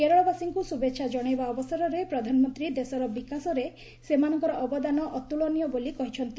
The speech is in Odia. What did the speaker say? କେରଳବାସୀଙ୍କୁ ଶୁଭେଚ୍ଛା ଜଣାଇବା ଅବସରରେ ପ୍ରଧାନମନ୍ତ୍ରୀ ଦେଶର ବିକାଶରେ ସେମାନଙ୍କର ଅବଦାନ ଅତ୍କଳନୀୟ ବୋଲି କହିଛନ୍ତି